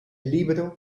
libro